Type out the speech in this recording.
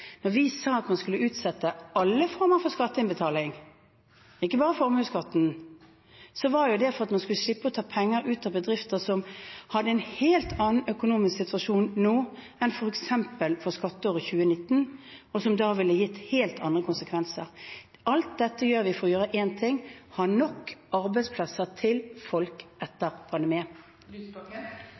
vi sa vi skulle utsette alle former for skatteinnbetaling, og ikke bare formuesskatten, var det for at man skulle slippe å ta penger ut av bedrifter som har en helt annen økonomisk situasjon nå enn f.eks. i skatteåret 2019, og som da ville gitt helt andre konsekvenser. Alt dette gjør vi for å oppnå én ting: å ha nok arbeidsplasser til folk etter